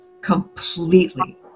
completely